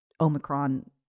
Omicron